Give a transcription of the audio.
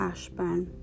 Ashburn